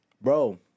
Bro